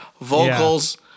vocals